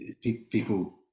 people